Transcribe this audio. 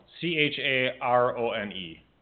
C-H-A-R-O-N-E